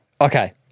Okay